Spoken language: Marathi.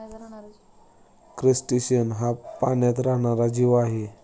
क्रस्टेशियन हा पाण्यात राहणारा जीव आहे